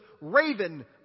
raven